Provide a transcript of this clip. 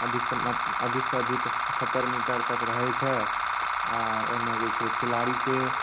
अधिकसँ अधिक पचहत्तरि मीटर तक रहैत छै आर ओहिमे जे छै खिलाड़ीकेँ